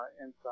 inside